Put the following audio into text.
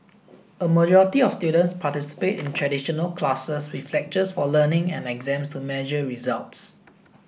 a majority of students participate in traditional classes with lectures for learning and exams to measure results